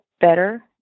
better